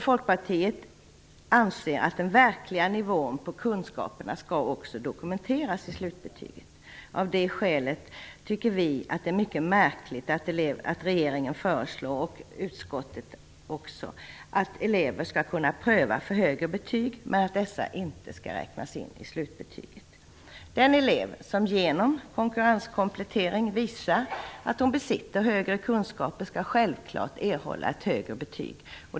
Folkpartiet anser att den verkliga nivån på kunskaperna också skall dokumenteras i slutbetyget. Av det skälet tycker vi att det är mycket märkligt att regeringen och också utskottet föreslår att elever skall kunna pröva för högre betyg, men att dessa inte skall räknas in i slutbetyget. Den elev som genom konkurrenskomplettering visar att hon besitter högre kunskaper skall självfallet erhålla ett högre betyg.